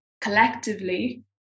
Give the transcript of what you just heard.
collectively